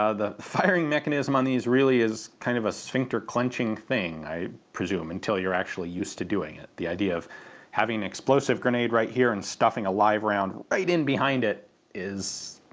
ah the firing mechanism on these really is kind of a sphincter clenching thing, i presume, until you're actually used to doing it. the idea of having an explosive grenade right here, and stuffing a live round right in behind it is.